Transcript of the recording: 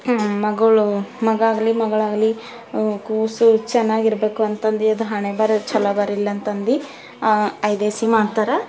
ಮಗಳು ಮಗ ಆಗಲಿ ಮಗಳಾಗಲಿ ಕೂಸು ಚೆನ್ನಾಗಿರಬೇಕು ಅಂತಂದು ಅದರ ಹಣೆಬರಹ ಚಲೋ ಬರೀಲ್ಲಂತಂದು ಐದೇಸಿ ಮಾಡ್ತಾರ